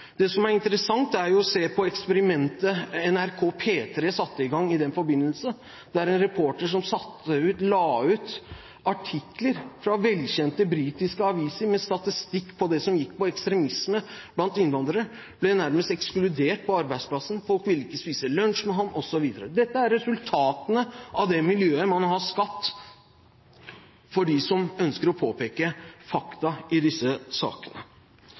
Det som er interessant, er å se på eksperimentet NRK P3 satte i gang i den forbindelse, der en reporter som la ut artikler fra velkjente britiske aviser med statistikk på det som handler om ekstremisme blant innvandrere, nærmest ble ekskludert på arbeidsplassen – folk ville ikke spise lunsj med ham, osv. Dette er resultatene av det miljøet man har skapt for dem som ønsker å påpeke fakta i disse sakene.